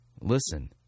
listen